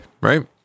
right